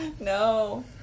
no